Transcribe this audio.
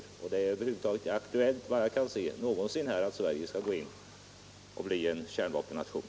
Det är såvitt jag kan se över huvud taget inte aktuellt för Sverige att någonsin gå in för att bli en kärnvapennation.